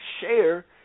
share